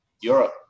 Europe